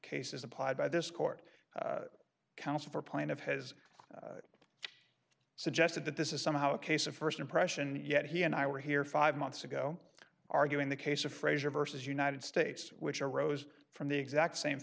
cases applied by this court counsel for plan of his suggested that this is somehow a case of first impression and yet he and i were here five months ago arguing the case of frazier versus united states which arose from the exact same